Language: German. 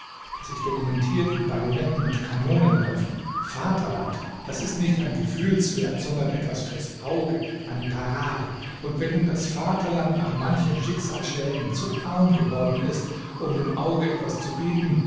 das sich dokumentiert in bajonetten und kanonenläufen vaterland das ist nicht ein gefühlswert sondern etwas fürs auge eine parade und wenn nun das vaterland nach manchen schicksalsschlägen zu arm geworden ist um dem auge etwas zu bieten